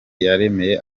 yaremye